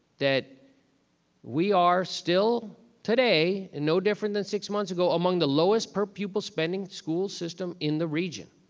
that we are still today and no different than six months ago among the lowest per pupil spending school system in the region.